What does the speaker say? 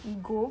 ego